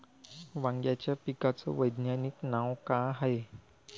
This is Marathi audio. वांग्याच्या पिकाचं वैज्ञानिक नाव का हाये?